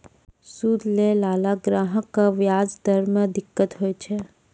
सूद लैय लाला ग्राहक क व्याज दर म दिक्कत होय छै